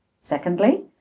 Secondly